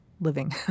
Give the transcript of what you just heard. living